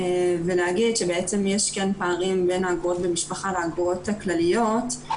ולהגיד שבעצם יש כן פערים בין האגרות במשפחה לאגרות הכלליות,